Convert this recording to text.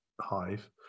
hive